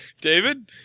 David